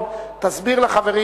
תודה רבה,